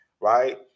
right